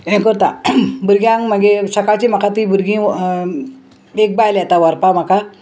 हें करता भुरग्यांक मागीर सकाळची म्हाका ती भुरगीं एक बायल येता व्हरपा म्हाका